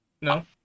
No